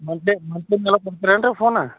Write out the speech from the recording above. monthly monthly ಮೇಲೆ ಕೊಡ್ತೀರೇನ್ರಿ ಫೋನ